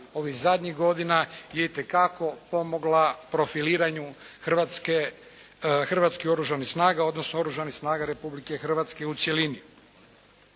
ovih zadnjih godine je itekako pomogla profiliranju Hrvatskih oružanih snaga, odnosno Oružanih snaga Republike Hrvatske u cjelini.